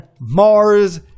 Mars